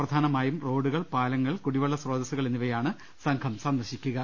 പ്രധാനമായും റോഡുകൾ പാലങ്ങൾ കുടിവെള്ള സ്രോതസുകൾ എന്നിവയാണ് സംഘം സന്ദർശിക്കുക